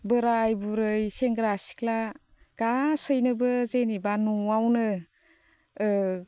बोराइ बुरै सेंग्रा सिख्ला गासैनोबो जेनेबा न'आवनो